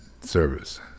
service